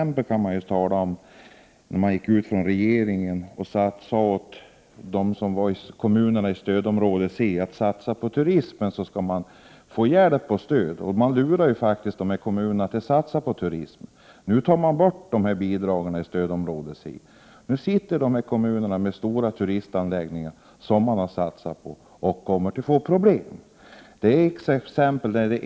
Men regeringen talade om för kommunerna i stödområde C att de skulle satsa på turism. Då skulle de få hjälp och stöd. Man lurade dessa kommuner att satsa på turism. Men nu tar man bort bidragen för stödområde C. I de aktuella kommunerna står man där med de stora turistanläggningar som man har satsat på och som man kommer att få problem med.